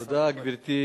ושלישית.